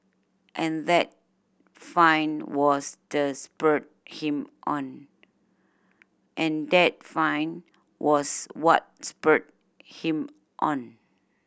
and that find was the spurred him on and that find was what spurred him on